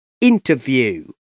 interview